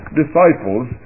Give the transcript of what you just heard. disciples